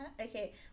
Okay